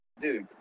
dude